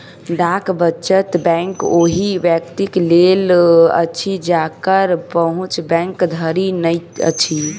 डाक वचत बैंक ओहि व्यक्तिक लेल अछि जकर पहुँच बैंक धरि नै अछि